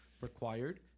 required